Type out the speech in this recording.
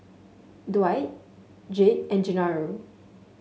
Dwight Jake and Genaro